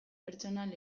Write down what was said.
pertsonal